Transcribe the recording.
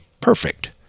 perfect